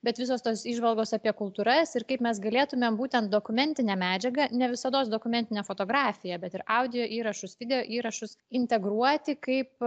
bet visos tos įžvalgos apie kultūras ir kaip mes galėtumėm būtent dokumentinę medžiagą ne visados dokumentinę fotografiją bet ir audio įrašus video įrašus integruoti kaip